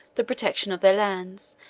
the protection of their lands,